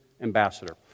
ambassador